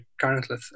currently